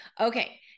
Okay